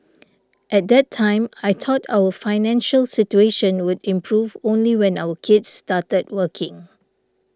at that time I thought our financial situation would improve only when our kids started working